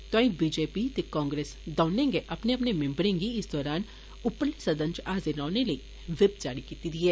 तोआई बीजेपी ते कांग्रेस दौनें गै अपने अपने मिम्बरें गी इस दौरान उप्परले सदन च हाजर रौहे लेई विप जारी कीती दी ऐ